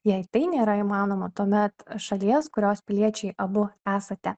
jei tai nėra įmanoma tuomet šalies kurios piliečiai abu esate